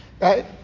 Right